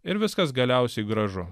ir viskas galiausiai gražu